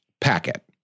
packet